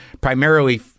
primarily